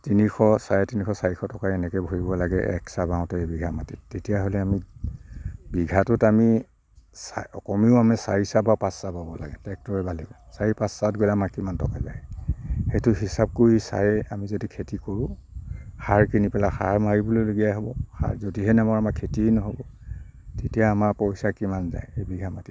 তিনিশ চাৰে তিনিশ চাৰিশ টকা এনেকৈ ভৰিব লাগে এচাহ বাওতে এবিঘা মাটিত তেতিয়াহ'লে আমি বিঘাটোত আমি চা কমেও আমি চাৰিচাহ বা পাঁচচাহ বাব লাগে ট্ৰেক্টৰে বালে চাৰি পাঁচচাহত আমাৰ কিমান টকা যায় সেইটো হিচাপ কৰি চাই আমি যদি খেতি কৰো সাৰ কিনি পেলাই সাৰ মাৰিবলগীয়া হ'ব সাৰ যদিহে নামাৰো আমাৰ খেতিয়েই নহ'ব তেতিয়া আমাৰ পইচা কিমান যায় এবিঘা মাটিত